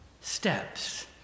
Steps